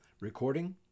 Recording